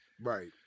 Right